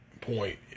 point